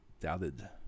Doubted